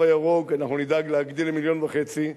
הירוק" אנחנו נדאג להגדיל למיליון וחצי,